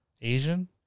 Asian